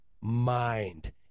mind